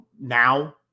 now